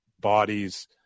bodies